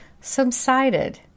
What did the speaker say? subsided